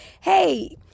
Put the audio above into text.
hey